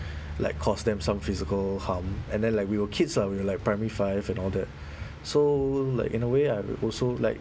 like caused them some physical harm and then like we were kids lah we were like primary five and all that so like in a way I will also like